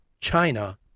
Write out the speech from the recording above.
China